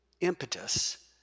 impetus